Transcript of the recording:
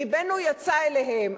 לבנו יצא אליהם.